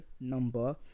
number